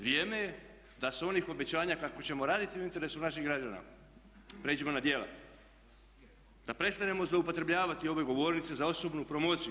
Vrijeme je da se onih obećanja kako ćemo raditi u interesu naših građana prijeđemo na djela, da prestanemo zloupotrebljavati ove govornice za osobnu promociju.